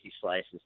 slices